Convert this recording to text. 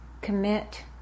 commit